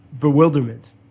bewilderment